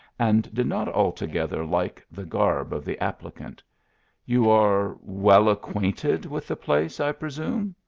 and did not altogether like the garb of the applicant you are well acquainted with the place, i pre sume?